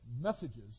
messages